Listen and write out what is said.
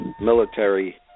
military